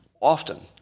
often